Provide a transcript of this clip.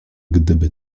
gdyby